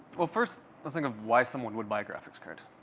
well, first, let's think of why someone would buy a graphics card.